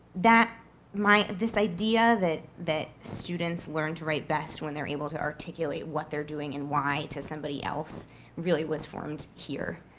that my this idea that that students learn to write best when they're able to articulate what they're doing and why somebody else really was formed here.